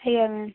ସେଇଆ ମ୍ୟାମ୍